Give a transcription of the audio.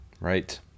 right